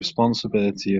responsibility